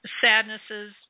sadnesses